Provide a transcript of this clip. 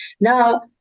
Now